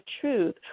truth